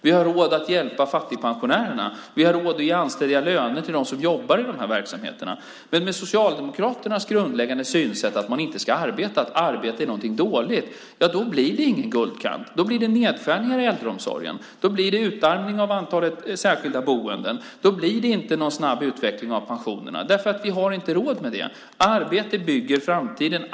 Vi har råd att hjälpa fattigpensionärerna. Vi har råd att ge anständiga löner till dem som jobbar i de här verksamheterna. Men med socialdemokraternas grundläggande synsätt, att man inte ska arbeta, att arbete är något dåligt, blir det ingen guldkant. Då blir det nedskärningar i äldreomsorgen. Då blir det utarmning av antalet särskilda boenden. Då blir det inte någon snabb utveckling av pensionerna, för vi har inte råd med det. Arbete bygger framtiden.